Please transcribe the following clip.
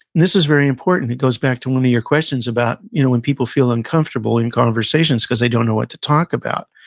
this is very important, it goes back to one of your questions about you know when people feel uncomfortable in conversations because they don't know what to talk about.